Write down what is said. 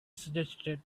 suggested